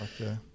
Okay